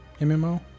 MMO